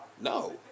No